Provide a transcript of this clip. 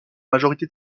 majorité